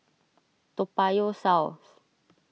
Toa Payoh South